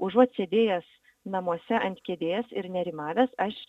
užuot sėdėjęs namuose ant kėdės ir nerimavęs aš